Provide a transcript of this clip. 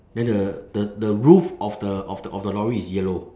then the the the roof of the of the of the lorry is yellow